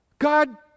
God